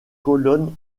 colonne